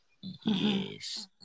yes